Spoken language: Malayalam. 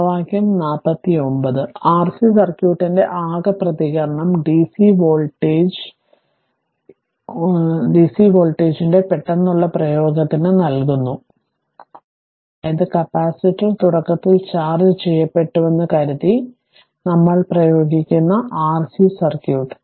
സമവാക്യം 49 Rc സർക്യൂട്ടിന്റെ ആകെ പ്രതികരണം dc വോൾട്ടേജ് യുടെ പെട്ടെന്നുള്ള പ്രയോഗത്തിന് നൽകുന്നു അതായത് കപ്പാസിറ്റർ തുടക്കത്തിൽ ചാർജ്ജ് ചെയ്യപ്പെട്ടുവെന്ന് കരുതി നമ്മൾ പ്രയോഗിക്കുന്ന Rc സർക്യൂട്ട്